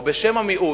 או בשם המיעוט,